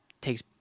takes